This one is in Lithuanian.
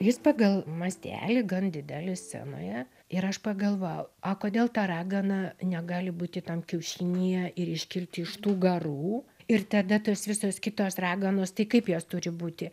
jis pagal mastelį gan didelis scenoje ir aš pagalvojau a kodėl ta ragana negali būti tam kiaušinyje ir iškilti iš tų garų ir tada tos visos kitos raganos tai kaip jos turi būti